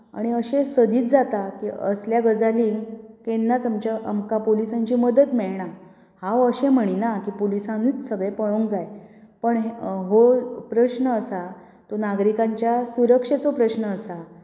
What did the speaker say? आनी अशें सदीच जाता की असल्या गजालींक केन्नाच आमकां पुलीसांची मदत मेळना हांव अशें म्हणिना की पुलिसांनीच सगळे पळोवंक जाय पण हो प्रस्न आसा तो नागरिकांच्या सुरक्षेचो प्रस्न आसा